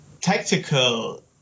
tactical